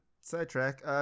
sidetrack